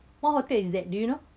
what hotel is that do you know